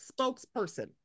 spokesperson